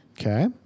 Okay